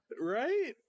Right